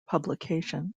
publication